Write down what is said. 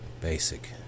basic